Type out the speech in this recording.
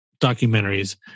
documentaries